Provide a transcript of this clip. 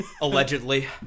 Allegedly